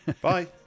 Bye